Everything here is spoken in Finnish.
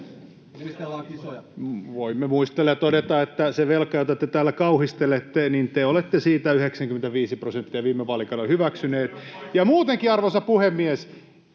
Voimme muistella ja todeta, että siitä velasta, jota te täällä kauhistelette, te olette 95 prosenttia viime vaalikaudella hyväksyneet. — Ja, arvoisa puhemies,